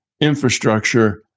Infrastructure